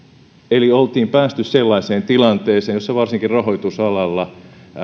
eli oltiin päästy sellaiseen tilanteeseen jossa varsinkin rahoitusalalla